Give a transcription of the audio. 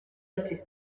ati